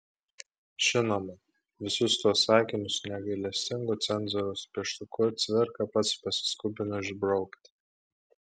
žinoma visus tuos sakinius negailestingu cenzoriaus pieštuku cvirka pats pasiskubino išbraukti